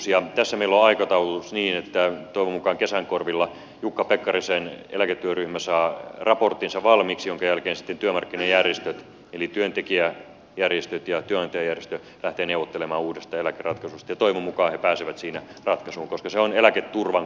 tässä meillä on aikataulutus niin että toivon mukaan kesän korvilla jukka pekkarisen eläketyöryhmä saa raporttinsa valmiiksi minkä jälkeen sitten työmarkkinajärjestöt eli työntekijäjärjestöt ja työnantajajärjestö lähtevät neuvottelemaan uudesta eläkeratkaisusta ja toivon mukaan he pääsevät siinä ratkaisuun koska se on eläketurvan kannalta aivan keskeinen